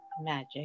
magic